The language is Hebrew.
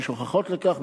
יש הוכחות לכך,